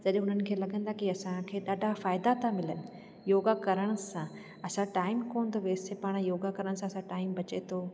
जॾहिं उन्हनि खे लॻंदा कि असांखे ॾाढा फ़ाइदा था मिलनि योगा करण सां असां टाइम कोन थो वेस्ट थिए पाण योगा करण सां टाइम बचे थो